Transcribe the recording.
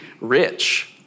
rich